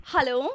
Hello